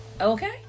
okay